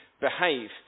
behave